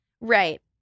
right